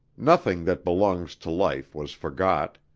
nothing that belongs to life was forgot.